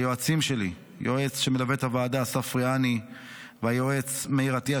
ליועצים שלי: היועץ שמלווה את הוועדה אסף רעני והיועץ מאיר עטיה,